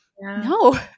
no